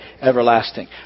everlasting